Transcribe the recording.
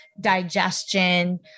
digestion